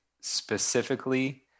specifically